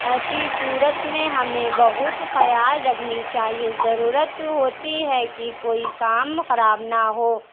ایسی صورت میں ہمیں بہت خیال رکھنی چاہیے ضرورت ہوتی ہے کہ کوئی کام خراب نہ ہو